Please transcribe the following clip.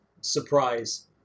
surprise